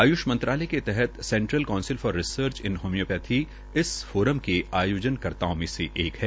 आय्ष मंत्रालय के तहत central council for research in homeopathy इस फोरम के आयोजनकर्ताओं में से एक है